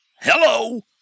hello